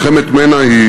מלחמת מנע,